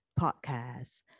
podcast